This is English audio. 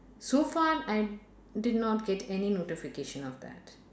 so far I did not get any notification of that